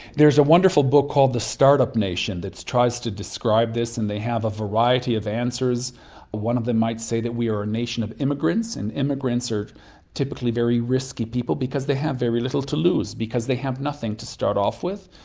there is a wonderful book called the start-up nation that tries to describe this, and they have a variety of answers, and one of them might say that we are a nation of immigrants and immigrants are typically very risky people because they have very little to lose because they have nothing to start off with.